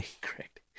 Correct